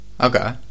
okay